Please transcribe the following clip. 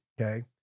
Okay